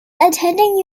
attending